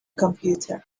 computer